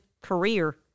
career